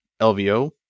LVO